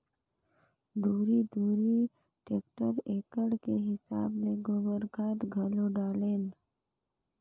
दूरी दूरी टेक्टर एकड़ के हिसाब ले गोबर खाद घलो डालेन